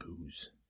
booze